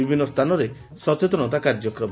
ବିଭିନ୍ନ ସ୍ଥାନରେ ସଚେତନତା କାର୍ଯ୍ୟକ୍ରମ